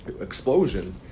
explosion